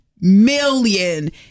million